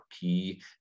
key